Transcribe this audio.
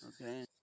okay